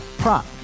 prop